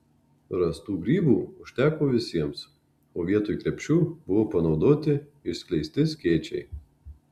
rastų grybų užteko visiems o vietoj krepšių buvo panaudoti išskleisti skėčiai